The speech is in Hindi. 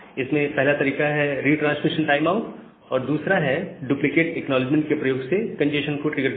इसमें पहला तरीका है रीट्रांसमिशन टाइम आउट और दूसरा है डुप्लीकेट एक्नॉलेजमेंट के प्रयोग से कंजेस्शन को ट्रिगर करना